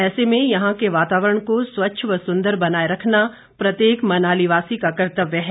ऐसे में यहां के वातावरण को स्वच्छ व सुंदर बनाए रखना प्रत्येक मनाली वासी का कर्तव्य है